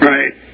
Right